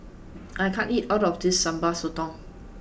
I can't eat all of this Sambal Sotong